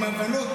עם הבנות,